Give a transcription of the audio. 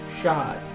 shot